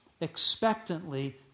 expectantly